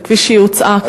וכפי שהיא הוצעה,